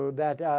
that ah.